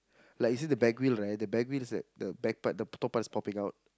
like you see the back view right the back view is like the back part the top part is popping out